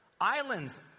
Islands